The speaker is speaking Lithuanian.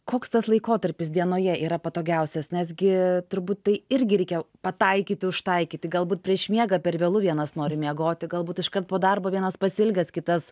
koks tas laikotarpis dienoje yra patogiausias nes gi turbūt tai irgi reikia pataikyti užtaikyti galbūt prieš miegą per vėlu vienas nori miegoti galbūt iškart po darbo vienas pasiilgęs kitas